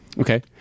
Okay